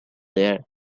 there